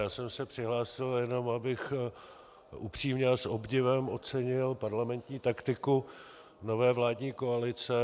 Já jsem se přihlásil jenom, abych upřímně a s obdivem ocenil parlamentní taktiku nové vládní koalice.